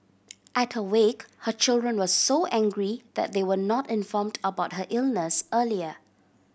at her wake her children were so angry that they were not informed about her illness earlier